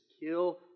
kill